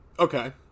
Okay